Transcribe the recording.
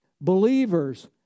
believers